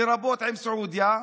לרבות עם סעודיה,